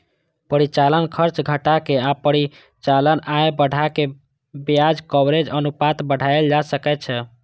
परिचालन खर्च घटा के आ परिचालन आय बढ़ा कें ब्याज कवरेज अनुपात बढ़ाएल जा सकै छै